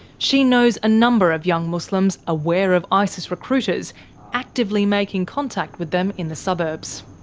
she knows a number of young muslims aware of isis recruiters actively making contact with them in the suburbs.